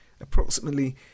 Approximately